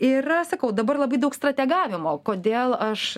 yra sakau dabar labai daug strategavimo kodėl aš